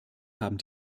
haben